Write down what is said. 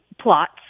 plots